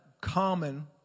common